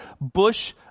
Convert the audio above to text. Bush